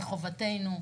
זו חובתנו.